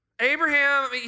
Abraham